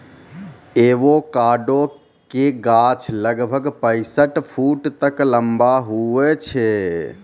avocado के गाछ लगभग पैंसठ फुट तक लंबा हुवै छै